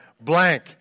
Blank